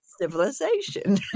civilization